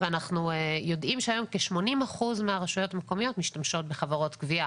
ואנחנו יודעים שהיום כ-80% מהרשויות המקומיות משתמשות בחברות גבייה.